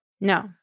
No